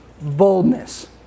boldness